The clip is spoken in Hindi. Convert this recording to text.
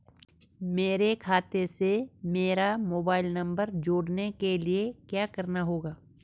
मेरे खाते से मेरा मोबाइल नम्बर जोड़ने के लिये क्या करना होगा?